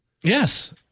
Yes